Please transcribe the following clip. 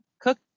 cook